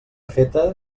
feta